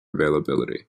availability